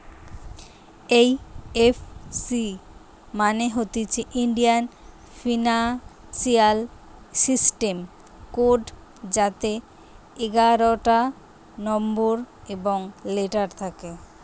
এই F C মানে হতিছে ইন্ডিয়ান ফিনান্সিয়াল সিস্টেম কোড যাতে এগারটা নম্বর এবং লেটার থাকে